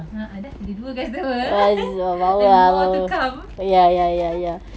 ah ada dua customer and more to come